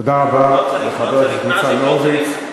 תודה רבה לחבר הכנסת ניצן הורוביץ.